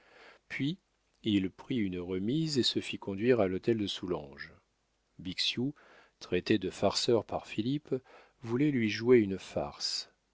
puis il prit un remise et se fit conduire à l'hôtel de soulanges bixiou traité de farceur par philippe voulait lui jouer une farce